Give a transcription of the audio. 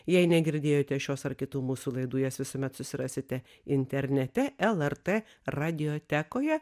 jei negirdėjote šios ar kitų mūsų laidų jas visuomet susirasite internete lrt radiotekoje